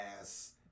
ass